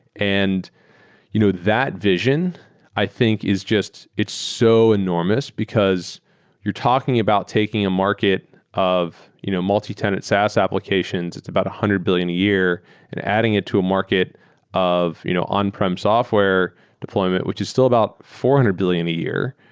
and you know that vision i think is it's so enormous because you're talking about taking a market of you know multitenant saas applications. it's about one hundred billion a year and adding it to a market of you know on-prem software deployment, which is still about four hundred billion a year,